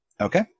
Okay